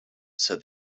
said